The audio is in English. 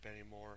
anymore